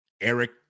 Eric